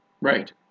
right